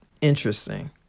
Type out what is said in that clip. interesting